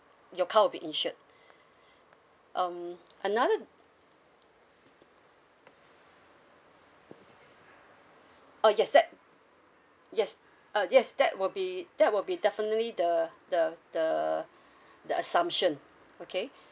your car will be insured um another uh yes that yes uh yes that will be that will be definitely the the the the assumption okay